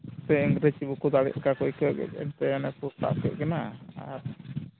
ᱛᱟᱭᱚᱢ ᱨᱮ ᱥᱤᱫᱩ ᱛᱟᱠᱚ ᱫᱟᱲᱮᱜ ᱞᱮᱠᱟ ᱠᱚ ᱟᱹᱭᱠᱟᱹᱣ ᱠᱮᱫ ᱠᱷᱟᱱ ᱛᱟᱭᱚᱢ ᱛᱮᱠᱚ ᱥᱟᱵ ᱠᱮᱫ ᱠᱤᱱᱟᱹ ᱟᱨ